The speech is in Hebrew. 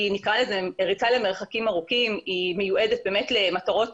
היא ריצה למרחקים ארוכים היא מיועדת למטרות